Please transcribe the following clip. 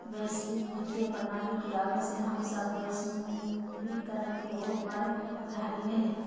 वैश्विक वित्तीय प्रणाली के आवे से हम सब वैश्वीकरण के ओर बढ़ रहलियै हें